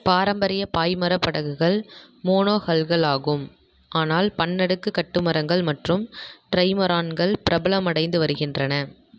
பாரம்பரிய பாய்மரப் படகுகள் மோனோஹல்கள் ஆகும் ஆனால் பன்னடுக்கு கட்டுமரங்கள் மற்றும் ட்ரைமரான்கள் பிரபலமடைந்து வருகின்றன